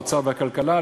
האוצר והכלכלה,